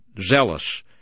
zealous